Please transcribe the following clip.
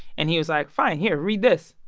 and he was like, fine, here, read this,